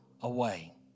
away